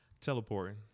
Teleporting